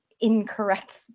incorrect